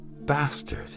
bastard